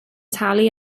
talu